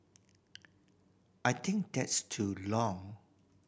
I think that's too long